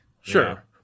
Sure